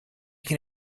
can